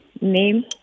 Name